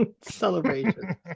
Celebration